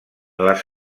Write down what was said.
les